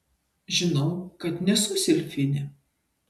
žinau kad nesu silfidė